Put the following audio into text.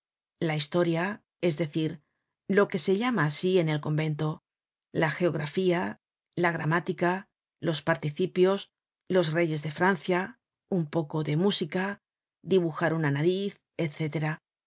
la historia es decir lo que se llama asi en el convento la geografía la gramática los participios los reyes de francia un poco de música dibujar una nariz